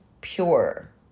pure